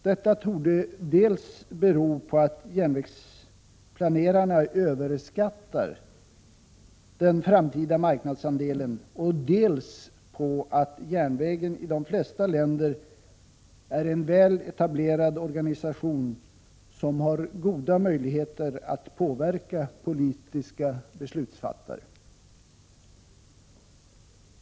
Detta torde dels bero på att järnvägsplanerarna överskattar den framtida marknadsandelen, dels på att järnvägen i de flesta länder är en väl etablerad organisation, som har goda möjligehter att påverka politiska beslutsfattare.